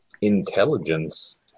intelligence